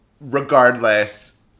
Regardless